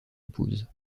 épouse